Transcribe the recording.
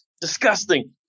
Disgusting